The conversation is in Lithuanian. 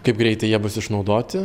kaip greitai jie bus išnaudoti